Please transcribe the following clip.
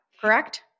correct